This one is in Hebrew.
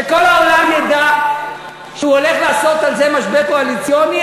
שכל העולם ידע שהוא הולך לעשות על זה משבר קואליציוני,